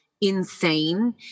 insane